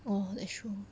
orh that's true